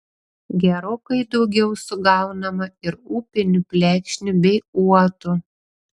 gerokai daugiau sugaunama ir upinių plekšnių bei uotų